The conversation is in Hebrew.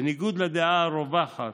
בניגוד לדעה הרווחת,